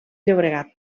llobregat